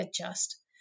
adjust